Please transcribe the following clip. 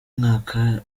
mwaka